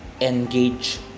Engage